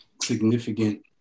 significant